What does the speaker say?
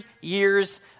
years